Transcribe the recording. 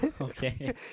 Okay